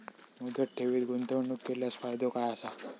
मुदत ठेवीत गुंतवणूक केल्यास फायदो काय आसा?